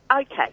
Okay